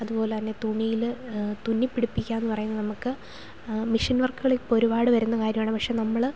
അതുപോലെതന്നെ തുണിയിൽ തുന്നിപ്പിടിപ്പിക്കുക എന്നു പറയുന്നത് നമുക്ക് മെഷീൻ വർക്കുകൾ ഒരുപാട് വരുന്ന കാര്യമാണ് പക്ഷേ നമ്മൾ